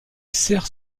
sert